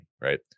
right